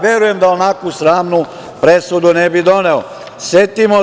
Verujem da onako sramnu presudu ne bi doneo.